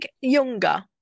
younger